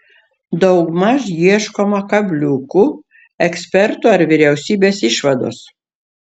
daugmaž ieškoma kabliukų ekspertų ar vyriausybės išvados